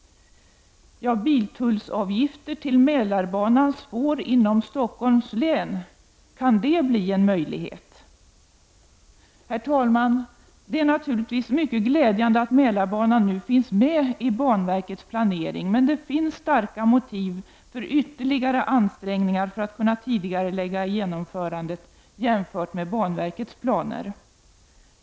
Biltullsavgifter till Mälarbanans spår inom Stockholms län, kan det bli en möjlighet? Det är naturligtvis glädjande att Mälarbanan nu finns med i banverkets planering, men det finns starka motiv för ytterligare ansträngningar för att kunna tidigarelägga genomförandet jämfört med banverkets planer.